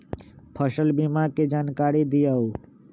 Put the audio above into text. फसल बीमा के जानकारी दिअऊ?